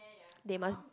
they must